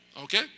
Okay